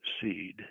seed